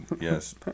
yes